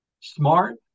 smart